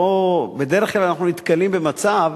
בדרך כלל אנחנו נתקלים במצב